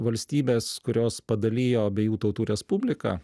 valstybės kurios padalijo abiejų tautų respubliką